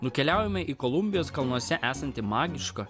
nukeliaujame į kolumbijos kalnuose esantį magišką